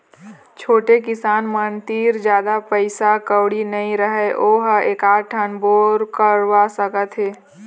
छोटे किसान मन तीर जादा पइसा कउड़ी नइ रहय वो ह एकात ठन बोर करवा सकत हे